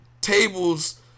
tables